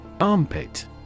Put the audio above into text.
Armpit